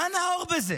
מה נאור בזה?